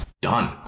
done